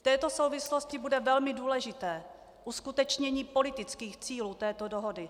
V této souvislosti bude velmi důležité uskutečnění politických cílů této dohody.